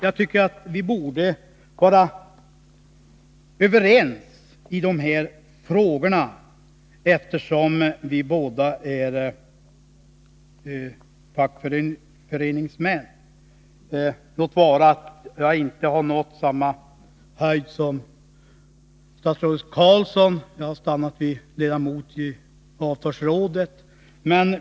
Jag tycker att vi borde vara överens i de här frågorna, eftersom vi båda är fackföreningsmän — låt vara att jag inte har nått samma höjd som statsrådet Roine Carlsson. Jag har stannat vid att vara ledamot i avtalsrådet.